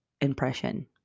impression